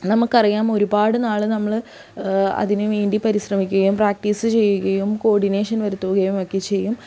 നമുക്ക് അറിയാം ഒരുപാട് നാൾ നമ്മൾ അതിന് വേണ്ടി പരിശ്രമിക്കുകയും പ്രാക്റ്റീസ് ചെയ്യുകയും കോഡിനേഷൻ വരുത്തുകയും ഒക്കെ ചെയ്യും